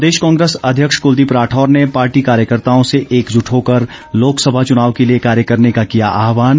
प्रदेश कांग्रेस अध्यक्ष कुलदीप राठौर ने पार्टी कार्यकर्ताओं से एकजुट होकर लोकसभा चुनाव के लिए कार्य करने का किया आहवान